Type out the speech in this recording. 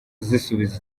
zisubiza